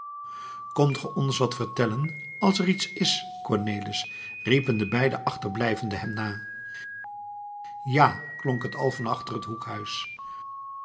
komt ge ons wat vertellen als er iets is cornelis riepen de beide achterblijvenden hem na ja klonk het al van achter het hoekhuis